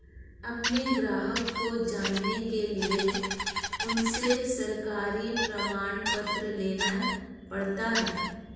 अपने ग्राहक को जानने के लिए उनसे सरकारी प्रमाण पत्र लेना पड़ता है